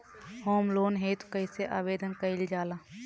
Home loan हेतु कइसे आवेदन कइल जाला?